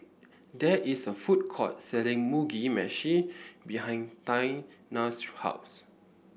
there is a food court selling Mugi Meshi behind Taina's house